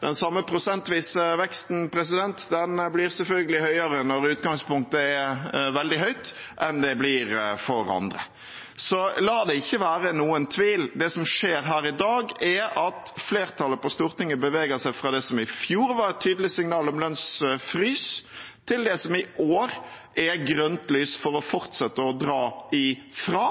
Den samme prosentvise veksten blir selvfølgelig høyere når utgangspunktet er veldig høyt, enn det blir for andre. La det ikke være noen tvil: Det som skjer her i dag, er at flertallet på Stortinget beveger seg fra det som i fjor var et tydelig signal om lønnsfrys, til det som i år er grønt lys for å fortsette å dra ifra,